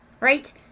right